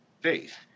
faith